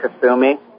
Kasumi